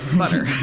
butter,